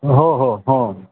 हो हो हो